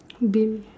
ba~